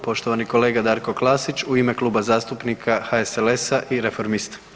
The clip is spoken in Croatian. Poštovani kolega Darko Klasić u ime Kluba zastupnika HSLS-a i reformista.